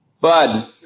Bud